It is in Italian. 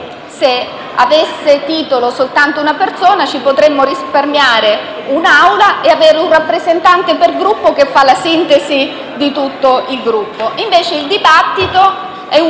se avesse titolo soltanto una persona, ci potremmo risparmiare un'Assemblea ed avere un rappresentante per Gruppo che fa la sintesi di tutto il Gruppo. Il dibattito, invece,